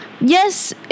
yes